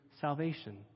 salvation